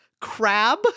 crab